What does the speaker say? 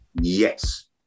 Yes